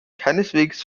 keineswegs